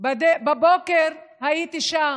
בבוקר הייתי שם,